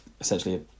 essentially